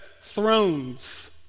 thrones